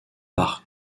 par